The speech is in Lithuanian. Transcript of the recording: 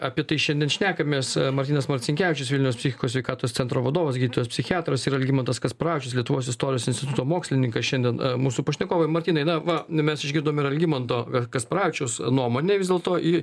apie tai šiandien šnekamės martynas marcinkevičius vilniaus psichikos sveikatos centro vadovas gydytojas psichiatras ir algimantas kasparavičius lietuvos istorijos instituto mokslininkas šiandien mūsų pašnekovai martynai na va nu mes išgirdom ir algimanto kasparavičiaus nuomonę vis dėlto ji